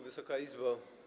Wysoka Izbo!